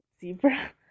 Zebra